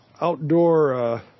outdoor